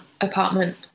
apartment